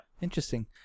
Interesting